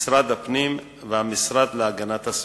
משרד הפנים והמשרד להגנת הסביבה.